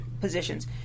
positions